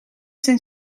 zijn